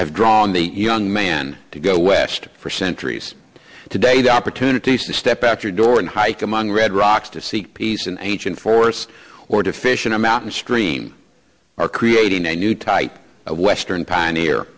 have drawn the young man to go west for centuries today the opportunities to step out your door and hike among red rocks to seek peace and in force or deficient a mountain stream or creating a new type of western pioneer